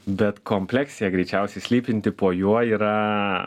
bet kompleksija greičiausiai slypinti po juo yra